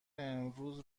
امروز